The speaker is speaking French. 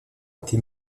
été